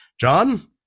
John